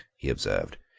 he observed,